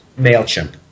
Mailchimp